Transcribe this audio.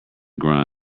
grunt